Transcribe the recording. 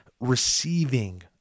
receiving